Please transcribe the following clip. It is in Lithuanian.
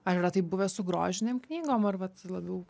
ar yra taip buvę su grožinėm knygom ar vat labiau